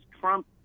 Trump